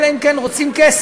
אלא אם כן רוצים כסף,